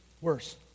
worse